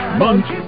munch